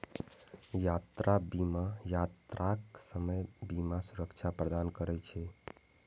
यात्रा बीमा यात्राक समय बीमा सुरक्षा प्रदान करै छै